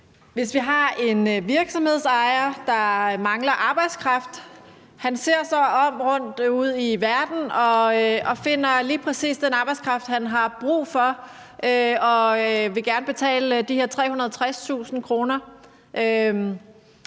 Vi kan tage en virksomhedsejer, der mangler arbejdskraft. Han ser sig om ude i verden og finder lige præcis den arbejdskraft, han har brug for, og vil gerne betale de her 360.000 kr.,